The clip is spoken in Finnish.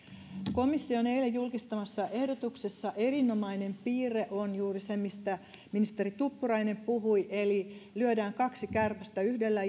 komission eilen julkistamassa ehdotuksessa erinomainen piirre on juuri se mistä ministeri tuppurainen puhui eli lyödään kaksi kärpästä yhdellä